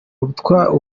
ubutware